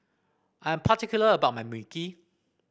I'm particular about my Mui Kee